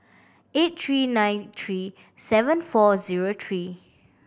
eight three nine three seven four zero three